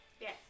Yes